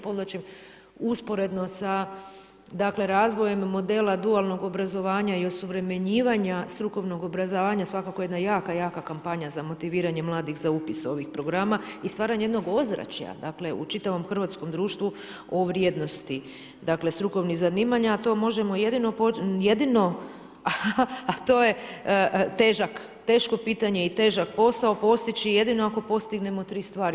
Podvlačim usporedno sa, dakle razvojem modela dualnog obrazovanja i osuvremenjivanja strukovnog obrazovanja svakako je jedna jaka, jaka kampanja za motiviranje mladih za upis ovih programa i stvaranje jednog ozračja, dakle u čitavom hrvatskom društvu o vrijednosti, dakle strukovnih zanimanja a to možemo jedino a to je težak, teško pitanje i težak posao postići jedino ako postignemo tri stvari.